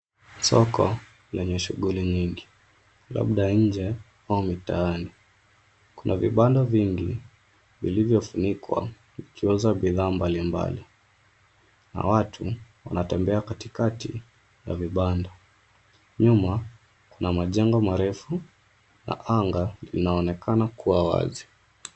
Soko lenye shughuli nyingi labda nje au mitaani, kuna vibanda vingi vilivyofunikwa vikiuza bidhaa mbalimbali na watu wanatembea katikati ya vibanda. Nyuma kuna majengo marefu na anga inaonekana kuwa wazi.